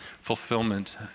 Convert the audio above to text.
fulfillment